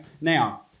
Now